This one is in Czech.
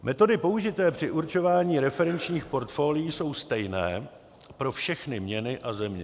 Metody použité při určování referenčních portfolií jsou stejně pro všechny měny a země.